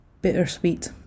bittersweet